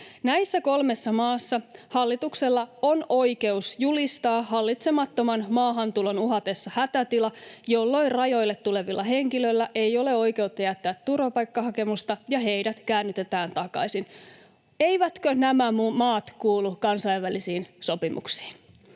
Näissä kolmessa maassa hallituksella on oikeus julistaa hallitsemattoman maahantulon uhatessa hätätila, jolloin rajoille tulevilla henkilöillä ei ole oikeutta jättää turvapaikkahakemusta ja heidät käännytetään takaisin. Eivätkö nämä maat kuulu kansainvälisiin sopimuksiin?